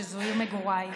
שזו עיר מגוריי,